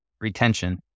Retention